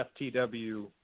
FTW